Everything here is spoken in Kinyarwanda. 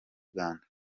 uganda